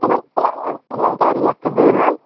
تِمَن کیٛاہ تِمَن کیٛاہ ریٹ چھِ دٔٲنن